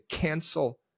cancel